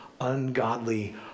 ungodly